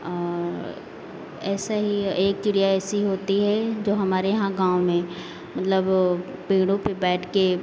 और ऐसा ही एक चिड़िया ऐसी होती है जो हमारे यहाँ गाँव में मतलब वो पेड़ों पे बैठ के